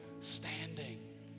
standing